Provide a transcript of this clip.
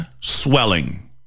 swelling